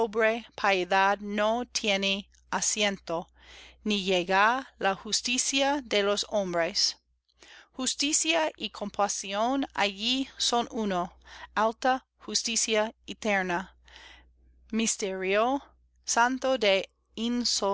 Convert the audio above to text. no tiene asiento ni llega la justicia de los hombres justicia y compasión allí son uno alta justicia eterna misterio santo de